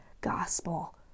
gospel